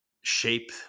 shape